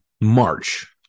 March